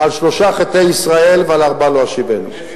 על שלושה חטאי ישראל ועל ארבעה לא אשיבנו.